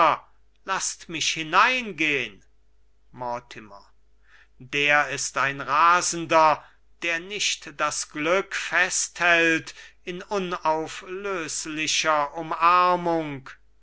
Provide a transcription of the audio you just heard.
laßt mich hineingehn mortimer der ist ein rasender der nicht das glück festhält in unauflöslicher umarmung